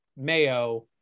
mayo